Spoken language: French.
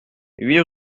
huit